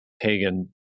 pagan